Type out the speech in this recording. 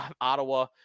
Ottawa